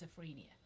schizophrenia